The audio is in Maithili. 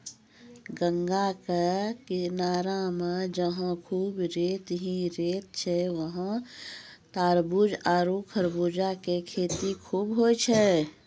गंगा के किनारा मॅ जहां खूब रेत हीं रेत छै वहाँ तारबूज आरो खरबूजा के खेती खूब होय छै